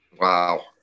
Wow